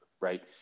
Right